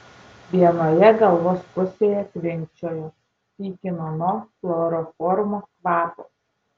vienoje galvos pusėje tvinkčiojo pykino nuo chloroformo kvapo